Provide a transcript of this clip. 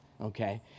okay